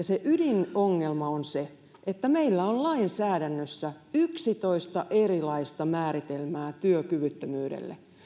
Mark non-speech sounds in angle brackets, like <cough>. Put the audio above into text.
<unintelligible> se ydinongelma on se että meillä on lainsäädännössä yksitoista erilaista määritelmää työkyvyttömyydelle